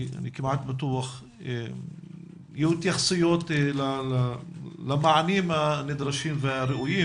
אני כמעט בטוח שיהיו התייחסויות למענים הנדרשים והראויים.